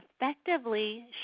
effectively